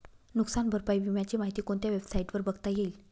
नुकसान भरपाई विम्याची माहिती कोणत्या वेबसाईटवर बघता येईल?